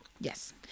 Yes